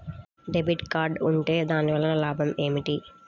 Debit card ఉంటే దాని వలన లాభం ఏమిటీ?